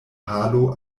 halo